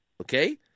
okay